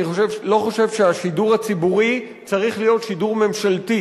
אני לא חושב שהשידור הציבורי צריך להיות שידור ממשלתי.